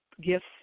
Gifts